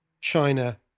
China